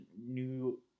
New